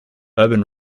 urban